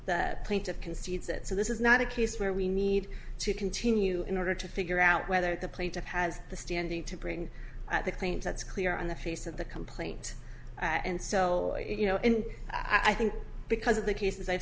plaintiff concedes that so this is not a case where we need to continue in order to figure out whether the plaintiff has the standing to bring the claims that's clear on the face of the complaint and so you know and i think because of the cases i've